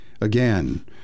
Again